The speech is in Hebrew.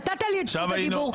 נתת לי את זכות הדיבור.